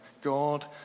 God